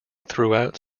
throughout